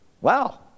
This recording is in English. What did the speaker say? Wow